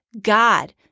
God